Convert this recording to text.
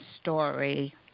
story